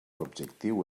objectiu